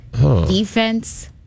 Defense